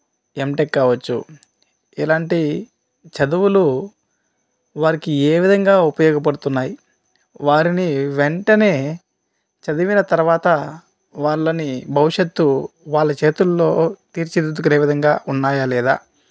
MTech కావచ్చు ఇలాంటి చదువులు వారికి ఏ విధంగా ఉపయోగపడుతున్నాయి వారిని వెంటనే చదివిన తరువాత వాళ్ళ భవిష్యత్తు వాళ్ళు చేతుల్లో తీర్చిదిద్దుకునే విధంగా ఉన్నాయా లేదా